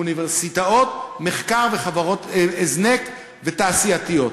עם אוניברסיטאות מחקר וחברות הזנק ותעשייתיות.